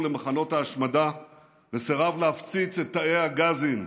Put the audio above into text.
למחנות ההשמדה וסירב להפציץ את תאי הגזים,